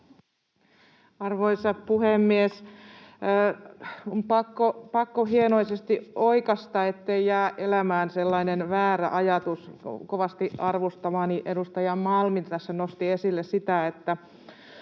Arvoisa puhemies! On pakko hienoisesti oikaista, ettei jää elämään sellainen väärä ajatus. Kovasti arvostamani edustaja Malm tässä nosti esille näitten